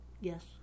Yes